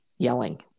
yelling